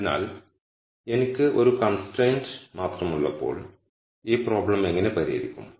അതിനാൽ എനിക്ക് ഒരു കൺസ്ട്രൈൻഡ് മാത്രമുള്ളപ്പോൾ ഈ പ്രോബ്ലം എങ്ങനെ പരിഹരിക്കും